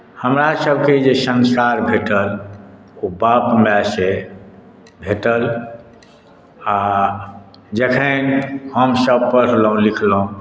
हमरासभकेँ जे संस्कार भेटल ओ बाप मायसँ भेटल आ जखन हमसभ पढ़लहुँ लिखलहुँ